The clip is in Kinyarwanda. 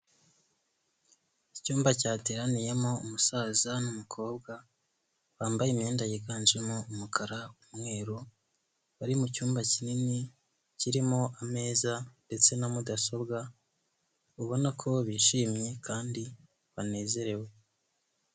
Icyumba cyateraniyemo umusaza n'umukobwa, bambaye imyenda yiganjemo umukara, umweru, bari mu cyumba kinini kirimo ameza ndetse na mudasobwa, ubona ko bishimye kandi banezerewe.